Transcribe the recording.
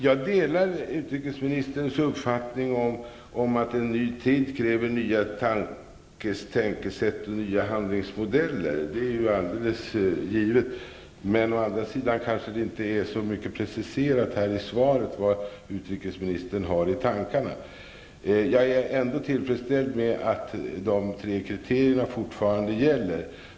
Jag delar utrikesministerns uppfattning att en ny tid kräver nya tänkesätt och nya handlingsmodeller. Det är alldeles givet. Men å andra sidan kanske det inte är så preciserat i svaret vad utrikesministern har i tankarna. Jag är ändå tillfredsställd med att de tre kriterierna fortfarande gäller.